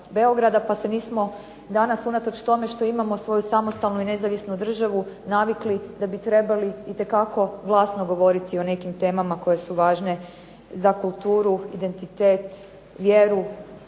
pa se nismo danas unatoč tome što imamo svoju samostalnu i nezavisnu državnu navikli da bi trebali itekako glasno govoriti o nekim temama koje su važne za kulturu, identitet, vjeru,